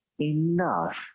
enough